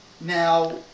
Now